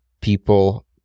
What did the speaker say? people